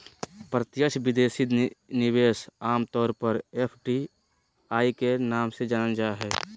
प्रत्यक्ष विदेशी निवेश आम तौर पर एफ.डी.आई के नाम से जानल जा हय